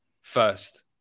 first